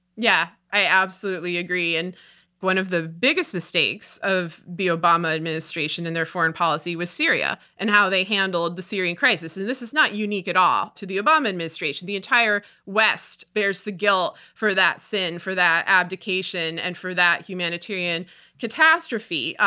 yeah, i absolutely agree, and one of the biggest mistakes of the obama administration and their foreign policy with syria and how they handled the syrian crisis is this is not unique at all to the obama administration. the entire west bears the guilt for that sin, for that abdication and for that humanitarian catastrophe,